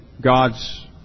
God's